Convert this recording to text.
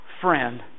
friend